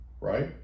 right